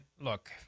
look